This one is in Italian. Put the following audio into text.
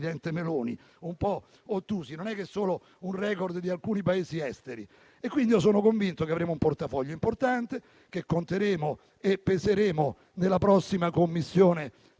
Meloni, un po' ottusi, non è solo un *record* di alcuni Paesi esteri. Sono convinto che avremo un portafoglio importante, che conteremo e peseremo nella prossima Commissione